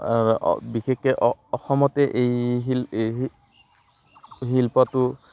বিশেষকৈ অ অসমতে এই শিল এই শিল শিল্পটো